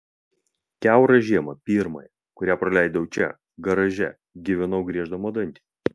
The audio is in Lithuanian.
kiaurą žiemą pirmąją kurią praleidau čia garaže gyvenau grieždama dantį